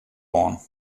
oan